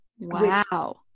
Wow